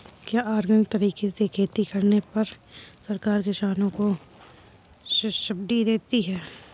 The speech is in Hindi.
क्या ऑर्गेनिक तरीके से खेती करने पर सरकार किसानों को सब्सिडी देती है?